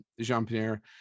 Jean-Pierre